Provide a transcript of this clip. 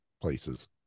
places